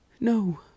No